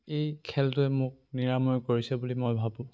এই খেলটোৱে মোক নিৰাময় কৰিছে বুলি মই ভাবোঁ